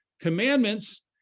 commandments